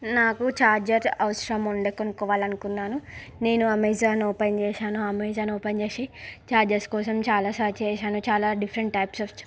నాకు ఛార్జర్ అవసరం ఉండే కొనుక్కోవాలి అనుకున్నాను నేను అమెజాన్ ఓపెన్ చేశాను అమెజాన్ ఓపెన్ చేసి ఛార్జర్స్ కోసం చాలా సర్చ్ చేశాను చాలా డిఫరెంట్ టైప్స్ ఆఫ్